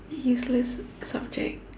useless subject